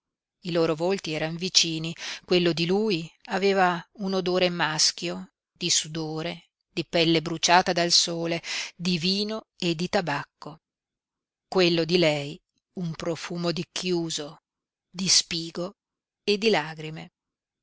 i loro volti eran vicini quello di lui aveva un odore maschio di sudore di pelle bruciata dal sole di vino e di tabacco quello di lei un profumo di chiuso di spigo e di lagrime